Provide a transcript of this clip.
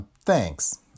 Thanks